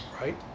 right